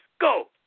Go